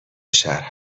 شهر